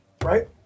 right